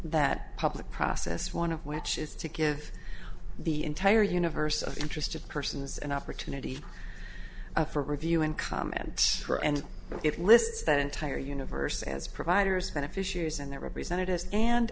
that public process want to which is to give the entire universe of interested persons an opportunity for review and comment for and it lists the entire universe as providers beneficiaries and their representatives and